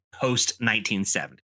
post-1970